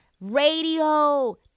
radio